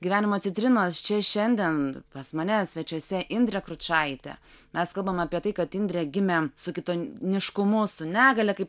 gyvenimo citrinos čia šiandien pas mane svečiuose indrė kručaitė mes kalbam apie tai kad indrė gimė su kitoniškumu su negalia kaip